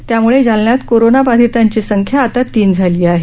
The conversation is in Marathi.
त्यामुळे जालन्यात कोरोना बाधितांची संख्या आता तीन झाली आहे